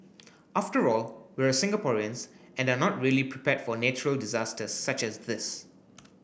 after all we're Singaporeans and are not really prepared for natural disasters such as this